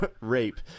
rape